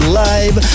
live